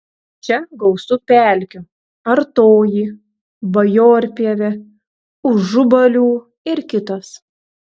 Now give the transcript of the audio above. čia gausu pelkių artoji bajorpievė užubalių ir kitos